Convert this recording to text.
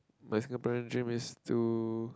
but Singaporean dream is to